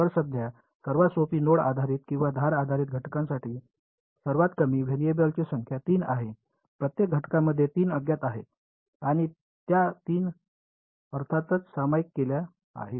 तर सध्या सर्वात सोपी नोड आधारित किंवा धार आधारित घटकासाठी सर्वात कमी व्हेरिएबल्सची संख्या 3 आहे प्रत्येक घटकामध्ये 3 अज्ञात आहेत आणि त्या 3 अर्थातच सामायिक केल्या आहेत